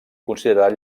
considerat